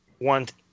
Want